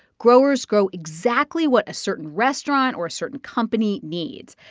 growers grow exactly what a certain restaurant or a certain company needs.